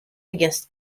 against